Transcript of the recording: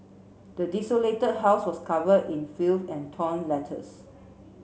the desolated house was cover in filth and torn letters